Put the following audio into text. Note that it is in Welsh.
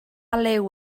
liw